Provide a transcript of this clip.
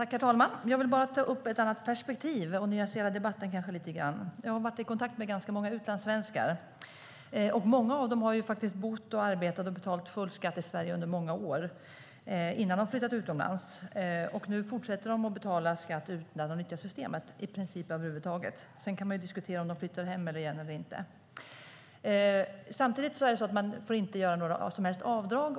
Herr talman! Jag vill bara ta upp ett annat perspektiv och nyansera debatten lite grann. Jag har varit i kontakt med ganska många utlandssvenskar. Många av dem har faktiskt bott, arbetat och betalat full skatt i Sverige under många år innan de flyttade utomlands, och nu fortsätter de att betala skatt utan att nyttja systemet, i princip över huvud taget. Sedan kan man diskutera om de kommer att flytta hem igen eller inte. Samtidigt är det så att man inte får göra några som helst avdrag.